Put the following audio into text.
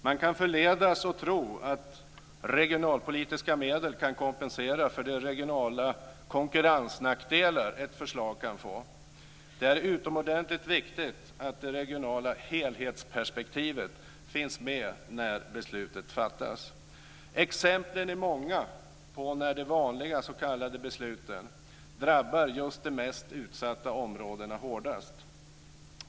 Man kan förledas att tro att regionalpolitiska medel kan kompensera för de regionala konkurrensnackdelar ett förslag kan få. Det är utomordentligt viktigt att det regionala helhetsperspektivet finns med när beslutet fattas. Exemplen är många på att de s.k. vanliga besluten drabbar just de mest utsatta områdena hårdast.